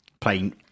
Playing